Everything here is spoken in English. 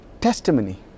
testimony